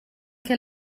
que